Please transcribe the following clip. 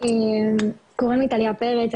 קוראים לי טליה פרץ,